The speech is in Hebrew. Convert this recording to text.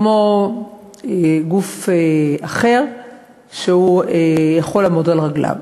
כמו גוף אחר שיכול לעמוד על רגליו.